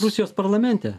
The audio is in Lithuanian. rusijos parlamente